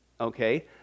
okay